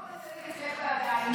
אפרת, לא כל הצדק אצלך בידיים.